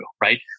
right